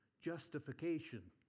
justification